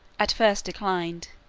at first declined,